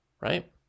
right